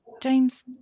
James